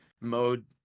mode